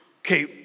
Okay